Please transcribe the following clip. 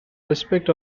respect